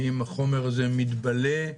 האם החומר הזה מתבלה?